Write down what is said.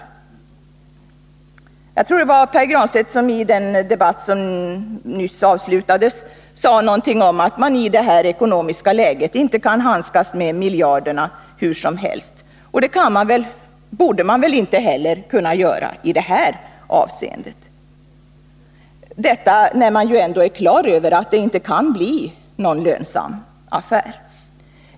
Jag tror att det var Pär Granstedt som i den debatt som n någonting om att man i det här ekonomiska läget inte kan handskas med miljarderna hur som helst. Det borde man väl heller inte kunna göra i det här avseendet, när man ändå är på det klara med att det inte kan bli någon lönsam affär.